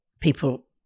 people